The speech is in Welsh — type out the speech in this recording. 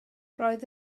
roedd